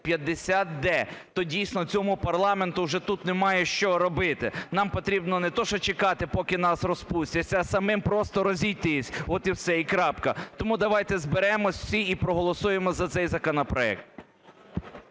5550-д, то дійсно цьому парламенту вже тут немає що робити. Нам потрібно не те що чекати, поки нас розпустять, а самим просто розійтись, от і все, і крапка. Тому давайте зберемось всі і проголосуємо за цей законопроект.